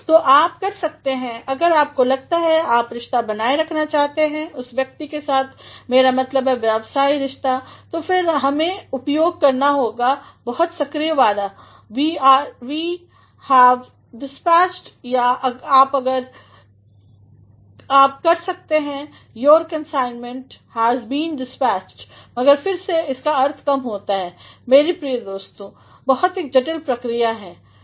तो आप कर सकते हैं अगर आपको लगता है आप रिश्ता बनाए रखना चाहते हैं उस व्यक्ति के साथ मेरा मतलब व्यवसाय रिश्ता तो फिर हमें उपयोग करना होगा बहुत सक्रीय वाला वी हैवडिस्पैच्ड या आप कर सकते हैं योर कन्साइन्मेंटहैस बीनडिस्पैच्ड मगर फिर इसका अर्थ कम होता मेरे प्रिय दोस्तों भाषा एक बहुत जटिल प्रक्रिया है